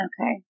Okay